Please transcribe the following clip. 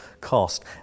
cost